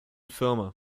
firma